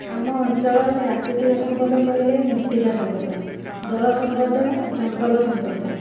ଆମ ଅଞ୍ଚଳର ପ୍ରାକୃତିକ ସମ୍ପଦ କହିଲେ ମୂର୍ତ୍ତିକା ସମ୍ପଦ ଜଳ ସମ୍ପଦ ଜଙ୍ଗଲ ସମ୍ପଦ